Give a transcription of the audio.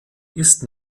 ist